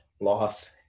loss